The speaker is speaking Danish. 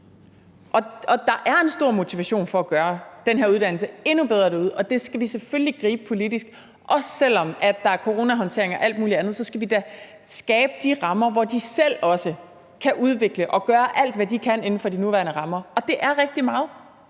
nu. Der er en stor motivation for at gøre den her uddannelse endnu bedre derude, og det skal vi selvfølgelig gribe politisk, også selv om der er coronahåndtering og alt muligt andet. Vi skal skabe de rammer, hvor de også selv kan udvikle og gøre alt, hvad de kan, inden for de nuværende rammer. Det er rigtig meget.